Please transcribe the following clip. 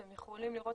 אתם יכולים לראות